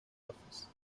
office